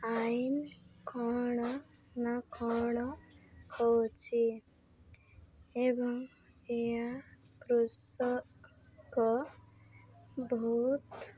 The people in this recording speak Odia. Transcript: ଆଇନ କ'ଣ ନ କ'ଣ କହୁଛି ଏବଂ ଏହା କୃଷକ ବହୁତ